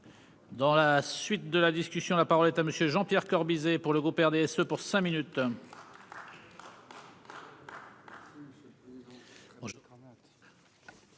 Dans la suite de la discussion, la parole est à monsieur Jean-Pierre Corbisez pour le groupe RDSE pour cinq minutes.